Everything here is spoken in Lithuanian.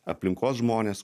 aplinkos žmonės